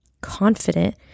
confident